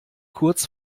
kurz